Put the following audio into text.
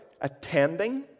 attending